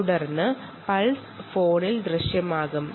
തുടർന്ന് പൾസ് വിവരങ്ങൾ ഫോണിൽ ദൃശ്യമാകുന്നു